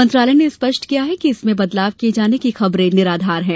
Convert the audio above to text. मंत्रालय ने स्पष्ट किया है कि इसमें बदलाव किए जाने की खबरें निराधार हैं